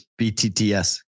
btts